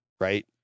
right